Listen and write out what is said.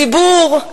ציבור,